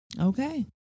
Okay